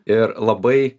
ir labai